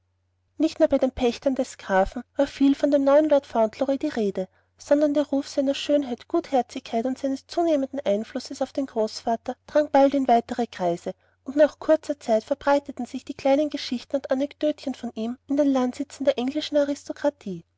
nicht nur bei den pächtern des grafen war viel von dem neuen lord fauntleroy die rede sondern der ruf seiner schönheit gutherzigkeit und seines zunehmenden einflusses auf den großvater drang bald in weitere kreise und nach kurzer zeit verbreiteten sich die kleinen geschichten und anekdötchen von ihm in den landsitzen der englischen aristokratie